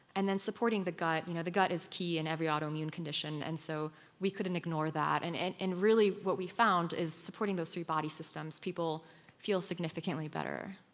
and then supporting the gut, you know the gut is key in every autoimmune condition and so we couldn't ignore that. and and really, what we found is supporting those three body systems, people feel significantly better